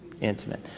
intimate